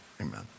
amen